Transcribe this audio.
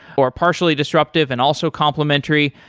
or a partially disruptive and also complimentary.